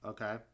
Okay